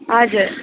हजुर